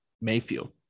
Mayfield